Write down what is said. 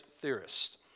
theorists